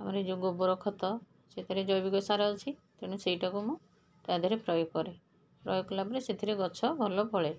ଆମର ଯେଉଁ ଗୋବରଖତ ସେଇଥିରେ ଜୈବିକସାର ଆଛି ତେଣୁ ସେଇଟାକୁ ମୁଁ ତା' ଦେହରେ ପ୍ରୟୋଗ କରେ ପ୍ରୟୋଗ କଲାପରେ ସେଥିରେ ଗଛ ଭଲ ଫଳେ